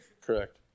Correct